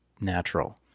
natural